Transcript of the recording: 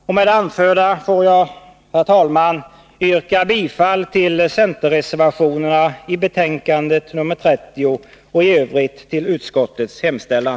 Med det anförda får jag, herr talman, yrka bifall till centerreservationerna i betänkande nr 30 och i övrigt till utskottets hemställan.